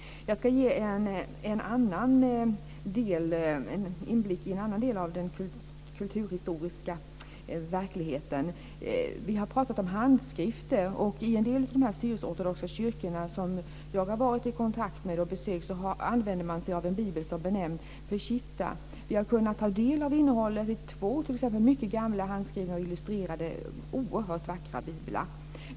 Jag ska ge inblick i en annan del av den kulturhistoriska verkligheten. Vi har talat om handskrifter, och i en del syrisk-ortodoxa kyrkor som jag har varit i kontakt med och besökt använder man sig av en bibel som benämns Peshitta. Vi har t.ex. kunnat ta del av innehållet i två mycket gamla handskrivna och illustrerade oerhört vackra biblar.